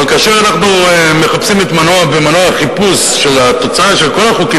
אבל כאשר אנחנו מחפשים במנוע החיפוש של התוצאה של כל החוקים